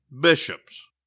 bishops